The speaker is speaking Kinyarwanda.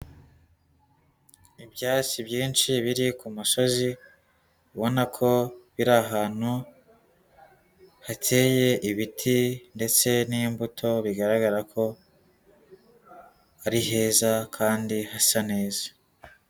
Ibyatsi byinshi biri ku musozi, ubona ko biri ahantu hateye ibiti ndetse n'imbuto, bigaragara ko ari heza kandi hasa neza.